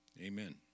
Amen